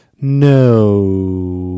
no